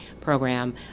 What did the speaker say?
program